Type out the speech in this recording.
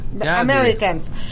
Americans